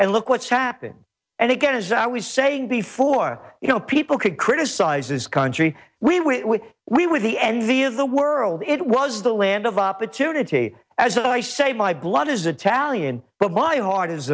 and look what's happening and again as i was saying before you know people could criticize this country we were we were the end the of the world it was the land of opportunity as i say my blood is a talian but my heart is